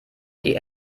die